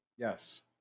Yes